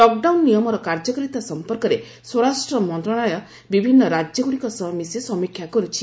lockdown ନିୟମର କାର୍ଯ୍ୟକାରିତା ସମ୍ପର୍କରେ ସ୍ୱରାଷ୍ଟ୍ରମନ୍ତ୍ରଣାଳୟ ବିଭିନ୍ନ ରାଜ୍ୟଗୁଡ଼ିକ ସହ ମିଶି ସମୀକ୍ଷା କରୁଛି